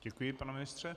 Děkuji, pane ministře.